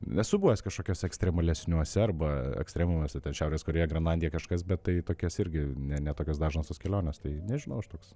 esu buvęs kažkokiuse ekstremalesniuose arba ekstremumuose ten šiaurės korėja grenlandija kažkas bet tai tokias irgi ne ne tokios dažnos tos kelionės tai nežinau aš toks